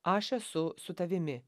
aš esu su tavimi